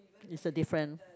is a different